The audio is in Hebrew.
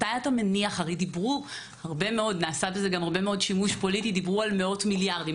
הרי דיברו הרבה מאוד על מאות מיליארדים,